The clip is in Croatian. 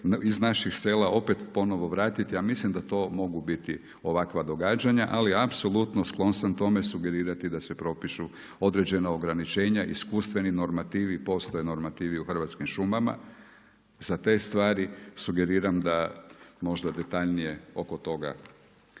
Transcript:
iz naših sela opet ponovo vratiti. Ja mislim da to mogu biti ovakva događanja. Ali apsolutno sklon sam tome sugerirati da se propišu određena ograničenja iskustveni normativi. Postoje normativi u hrvatskim šumama. Za te stvari sugeriram da možda detaljnije oko toga